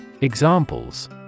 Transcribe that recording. Examples